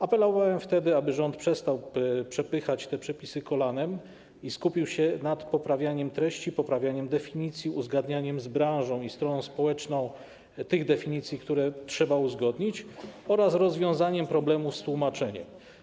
Apelowałem wtedy, aby rząd przestał przepychać te przepisy kolanem i skupił się na poprawianiu treści, poprawianiu definicji, uzgadnianiu z branżą i stroną społeczną tych definicji, które trzeba uzgodnić, oraz rozwiązaniu problemów związanych z tłumaczeniem.